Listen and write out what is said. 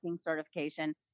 certification